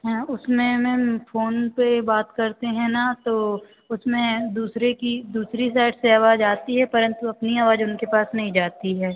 हाँ उसमें ma'am phone पर बात करते हैं ना तो उसमें दूसरे की दूसरी साइड से आवाज़ आती है परंतु अपनी आवाज़ उनके पास नहीं जाती है